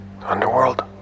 Underworld